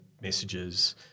messages